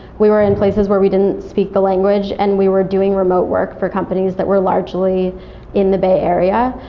we were in places where we didn't speak the language and we were doing remote work for companies that were largely in the bay area.